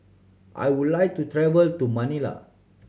I would like to travel to Manila